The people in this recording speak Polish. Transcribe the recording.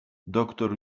doktor